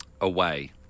Away